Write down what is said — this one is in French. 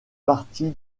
partie